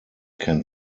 can